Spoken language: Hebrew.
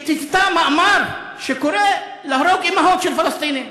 שציטטה מאמר שקורא להרוג אימהות של פלסטינים.